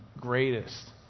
greatest